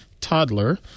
toddler